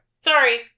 Sorry